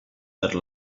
per